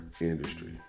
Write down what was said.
industry